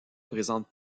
présentent